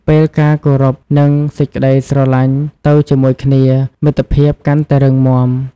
ពេលការគោរព និងសេចក្ដីស្រឡាញ់ទៅជាមួយគ្នា មិត្តភាពកាន់តែរឹងមាំ។